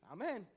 Amen